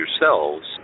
yourselves